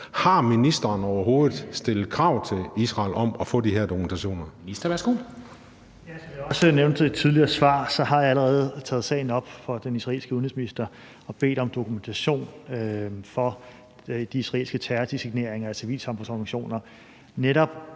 Ministeren, værsgo. Kl. 13:12 Udenrigsministeren (Jeppe Kofod): Ja, som jeg også nævnte i et tidligere svar, har jeg allerede taget sagen op for den israelske udenrigsminister og bedt om dokumentation for de israelske terrordesigneringer af civilsamfundsorganisationer,